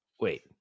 Wait